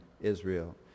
Israel